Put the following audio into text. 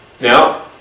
Now